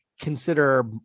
consider